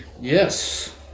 Yes